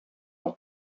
der